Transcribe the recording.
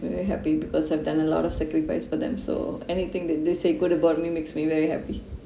me very happy because I've done a lot of sacrifice for them so anything that they say good about me makes me very happy